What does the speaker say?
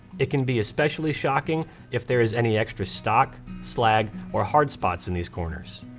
it can be especially shocking if there is any extra stock, slag or hard spots in these corners.